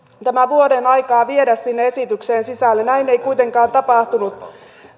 tämä vuosi aikaa viedä sinne esitykseen sisälle näin ei kuitenkaan tapahtunut